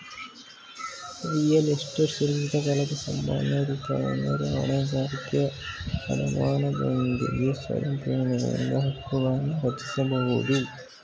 real estate ಸುರಕ್ಷಿತ ಕಾಲದ ಸಾಮಾನ್ಯ ರೂಪವೆಂದ್ರೆ ಹೊಣೆಗಾರಿಕೆ ಅಡಮಾನನೊಂದಿಗೆ ಸ್ವಯಂ ಪ್ರೇರಣೆಯಿಂದ ಹಕ್ಕುಗಳನ್ನರಚಿಸಬಹುದು